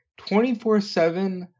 24-7